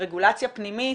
רגולציה פנימית,